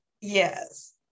yes